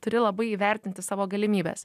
turi labai įvertinti savo galimybes